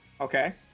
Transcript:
Okay